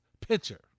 pitcher